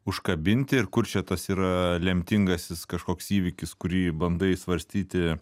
užkabinti ir kur čia tas yra lemtingasis kažkoks įvykis kurį bandai svarstyti